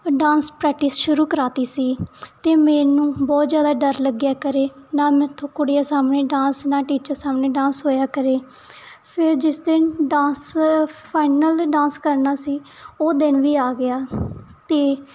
dance practice ਸ਼ੁਰੂ ਕਰਵਾ ਦਿੱਤੀ ਸੀ ਅਤੇ ਮੈਨੂੰ ਬਹੁਤ ਜ਼ਿਆਦਾ ਡਰ ਲੱਗਿਆ ਕਰੇ ਨਾ ਮੇਰੇ ਤੋਂ ਕੁੜੀਆਂ ਸਾਹਮਣੇ ਡਾਂਸ ਨਾ ਟੀਚਰ ਸਾਹਮਣੇ ਡਾਂਸ ਹੋਇਆ ਕਰੇ ਫਿਰ ਜਿਸ ਦਿਨ ਡਾਂਸ ਫਾਈਨਲ ਡਾਂਸ ਕਰਨਾ ਸੀ ਉਹ ਦਿਨ ਵੀ ਆ ਗਿਆ ਅਤੇ